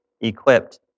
equipped